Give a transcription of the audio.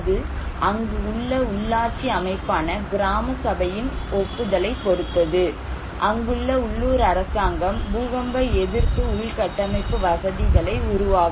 அது அங்குள்ள உள்ளாட்சி அமைப்பான கிராமசபையின் ஒப்புதலைப் பொறுத்தது அங்குள்ள உள்ளூர் அரசாங்கம் பூகம்ப எதிர்ப்பு உள்கட்டமைப்பு வசதிகளை உருவாக்கும்